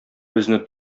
безне